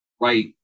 right